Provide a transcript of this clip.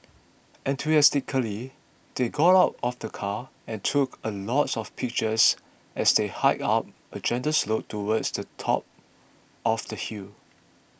enthusiastically they got out of the car and took a lot of pictures as they hiked up a gentle slope towards the top of the hill